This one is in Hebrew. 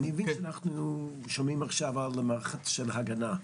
אני מבין שאנחנו שומעים עכשיו, על מערכת של הגנה,